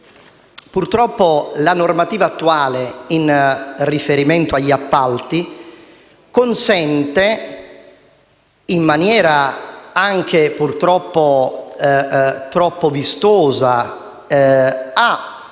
purtroppo la normativa attuale in materia di appalti consente, in maniera anche purtroppo troppo vistosa, a